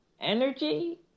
energy